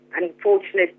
unfortunately